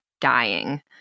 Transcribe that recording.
dying